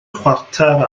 chwarter